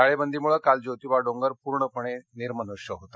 ळेबंदीमुळे काल जोतिबा डोंगर पूर्णपणे निर्मनुष्य होता